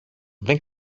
δεν